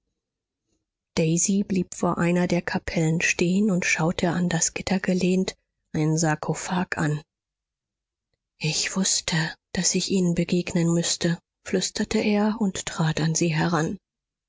daisy blieb vor einer der kapellen stehen und schaute an das gitter gelehnt einen sarkophag an ich wußte daß ich ihnen begegnen müßte flüsterte er und trat an sie heran